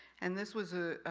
and this was a